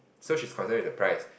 so she's concern with the price